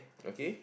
okay